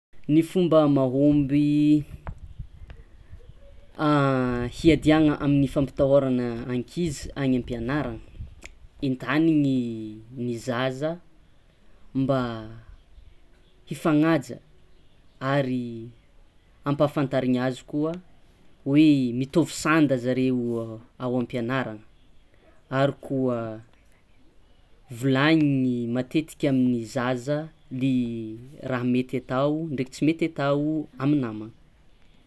Ny fomba mahomby hiadiàgna amin'ny fampitahorana ankizy any am-pianarana entaniny ny zaza mba hifagnaja ary ampafantariny azy koa mitovy sanda zare ao am-pianarana ary koa volagniny matetiky amy zaza le raha mety atao ndreky tsy mety atao amy namana.